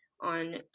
on